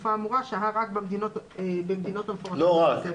התקופה האמורה שהה רק במדינות המפורטות בתוספת.